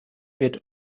wird